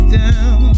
down